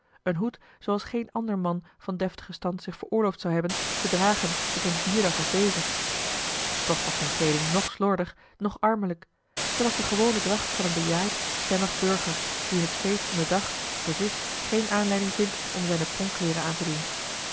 een hoed zooals geen ander man van deftigen stand zich veroorloofd zou hebben te dragen op een vierdag als deze toch was zijne kleeding noch slordig noch armelijk zij was de gewone dracht van een bejaard stemmig burger die in het feest van den dag voor zich geene aanleiding vindt om zijne pronkkleêren aan te doen